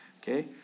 Okay